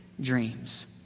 dreams